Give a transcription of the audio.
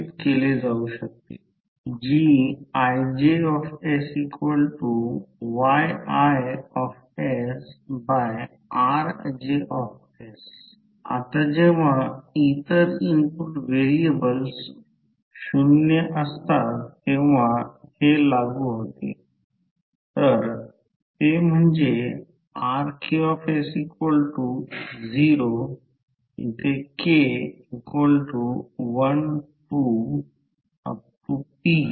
तर हे प्रत्यक्षात कॉइलचे रिफ्लेक्टड इम्पेडन्स आहे जेथे सर्किटची ही 2 M2 R2 j L2 ZL गोष्ट आहे हे समीकरण 18 आहे